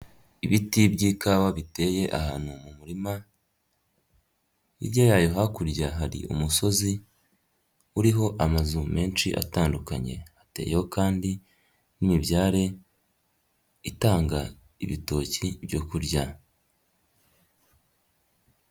Ibiti by'ikawa biteye ahantu mu murima, hirya yayo hakurya hari umusozi uriho amazu menshi atandukanye, ateyeho kandi n'imibyare itanga ibitoki byorya.